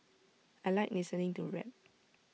I Like listening to rap